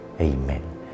Amen